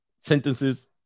Sentences